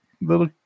Little